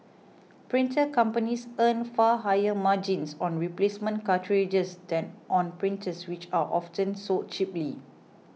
printer companies earn far higher margins on replacement cartridges than on printers which are often sold cheaply